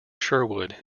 sherwood